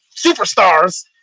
superstars